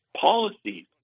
policies